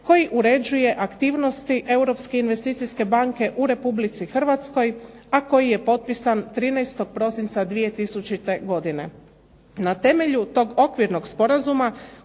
koji uređuje aktivnosti Europske investicijske banke u Republici Hrvatskoj, a koji je potpisan 13. prosinca 2000. godine. Na temelju tog Okvirnog sporazuma